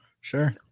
Sure